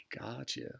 Gotcha